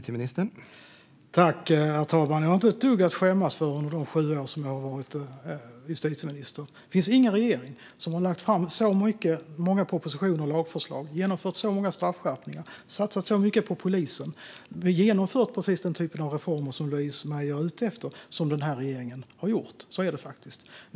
Herr talman! Jag har inte ett dugg att skämmas för från de sju år som jag har varit justitieminister. Det finns ingen annan regering som har lagt fram så många propositioner och lagförslag, genomfört så många straffskärpningar och satsat så mycket på polisen. Den här regeringen genomför precis den typ av reformer som Louise Meijer är ute efter.